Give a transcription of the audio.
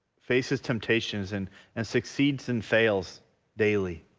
faces temptations and and succeeds and fails daily